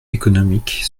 économique